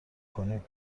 کنیم